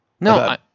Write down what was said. No